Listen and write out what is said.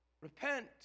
Repent